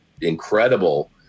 incredible